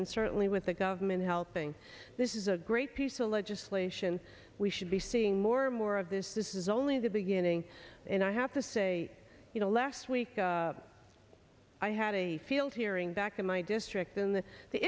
and certainly with the government helping this is a great piece of legislation we should be seeing more and more of this this is only the beginning and i have to say you know less i had a field hearing back in my district and the